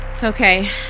Okay